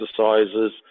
exercises